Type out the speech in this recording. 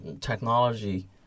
technology